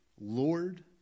Lord